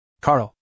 Carl